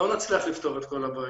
לא נצליח לפתור את כל הבעיות,